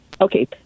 Okay